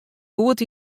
goed